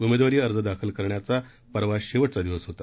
उमेदवारी अर्ज दाखल करण्याचा परवा शेवटचा दिवस होता